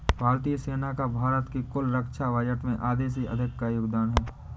भारतीय सेना का भारत के कुल रक्षा बजट में आधे से अधिक का योगदान है